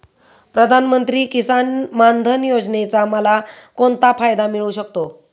प्रधानमंत्री किसान मान धन योजनेचा मला कोणता फायदा मिळू शकतो?